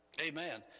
Amen